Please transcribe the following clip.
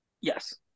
Yes